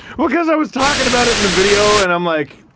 because i was talking about it in the video and i'm like,